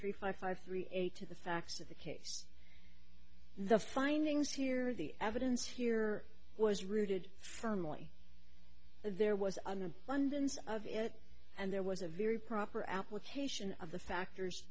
three five five three eight two the facts of the case the findings here the evidence here was rooted firmly there was an abundance of it and there was a very proper application of the factors